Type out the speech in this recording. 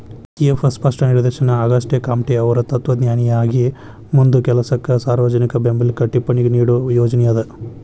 C F ಸ್ಪಷ್ಟ ನಿದರ್ಶನ ಆಗಸ್ಟೆಕಾಮ್ಟೆಅವ್ರ್ ತತ್ವಜ್ಞಾನಿಯಾಗಿ ಮುಂದ ಕೆಲಸಕ್ಕ ಸಾರ್ವಜನಿಕ ಬೆಂಬ್ಲಕ್ಕ ಟಿಪ್ಪಣಿ ನೇಡೋ ಯೋಜನಿ ಅದ